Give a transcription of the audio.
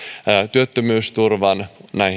työttömyysturvan